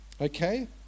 Okay